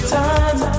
time